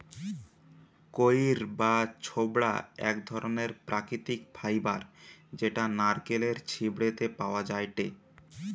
কইর বা ছোবড়া এক ধরণের প্রাকৃতিক ফাইবার যেটা নারকেলের ছিবড়ে তে পাওয়া যায়টে